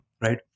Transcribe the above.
right